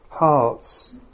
Hearts